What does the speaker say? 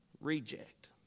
Reject